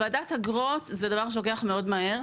ועדת אגרות זה דבר שלוקח מאוד מהר.